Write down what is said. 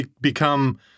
become